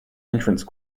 entrance